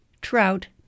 trout